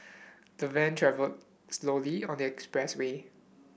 the van travelled slowly on the expressway